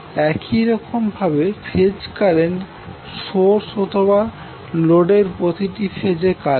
একিই রকমভাবে phase current source আথবা লোডের প্রতিটি ফেজে কারেন্ট